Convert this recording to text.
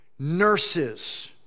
nurses